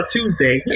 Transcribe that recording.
Tuesday